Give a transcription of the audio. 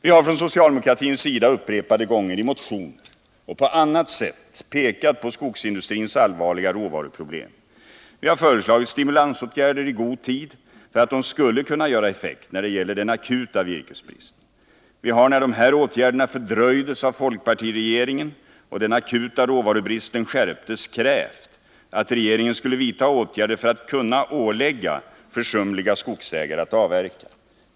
Vi har från socialdemokratins sida upprepade gånger i motioner och på annat sätt pekat på skogsindustrins allvarliga råvaruproblem. Vi har föreslagit stimulansåtgärder i god tid för att de skulle kunna göra effekt när det gäller den akuta virkesbristen. Vi har, när dessa åtgärder fördröjdes av folkpartiregeringen och den akuta råvarubristen skärptes, krävt att regeringen skulle vidta åtgärder för att kunna ålägga försumliga skogsägare att avverka.